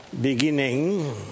beginning